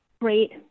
great